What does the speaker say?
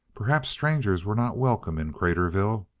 perhaps strangers were not welcome in craterville.